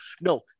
No